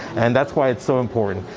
and that's why it's so important